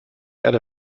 erde